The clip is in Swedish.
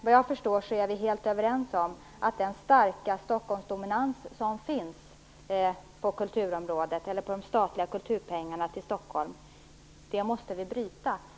Vad jag förstår är vi helt överens om att den starka Stockholmsdominans som finns när det gäller de statliga kulturpengarna måste brytas.